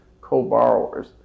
co-borrowers